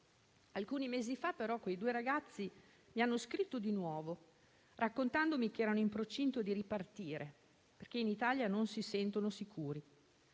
Alcuni mesi fa, però, quei due ragazzi mi hanno scritto di nuovo raccontandomi che erano in procinto di ripartire perché in Italia non si sentono sicuri,